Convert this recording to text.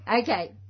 Okay